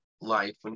life